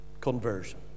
Conversion